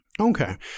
Okay